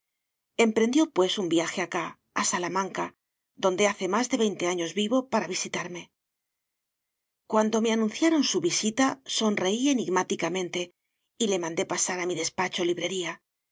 emprendió pues un viaje acá a salamanca donde hace más de veinte años vivo para visitarme cuando me anunciaron su visita sonreí enigmáticamente y le mandé pasar a mi despacho librería